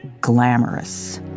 glamorous